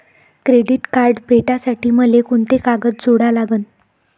Credit card भेटासाठी मले कोंते कागद जोडा लागन?